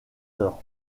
heures